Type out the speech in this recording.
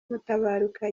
mutabaruka